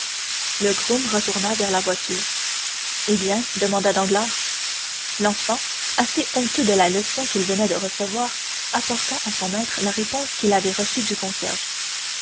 le groom retourna vers la voiture eh bien demanda danglars l'enfant assez honteux de la leçon qu'il venait de recevoir apporta à son maître la réponse qu'il avait reçue du concierge